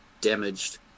damaged